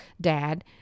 dad